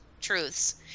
truths